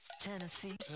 Tennessee